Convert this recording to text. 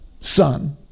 son